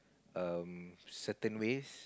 um certain ways